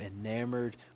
enamored